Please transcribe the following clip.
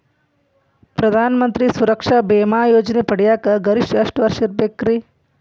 ಪ್ರಧಾನ ಮಂತ್ರಿ ಸುರಕ್ಷಾ ಭೇಮಾ ಯೋಜನೆ ಪಡಿಯಾಕ್ ಗರಿಷ್ಠ ಎಷ್ಟ ವರ್ಷ ಇರ್ಬೇಕ್ರಿ?